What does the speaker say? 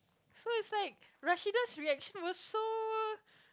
so it's like Rashidah's reaction was so